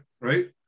right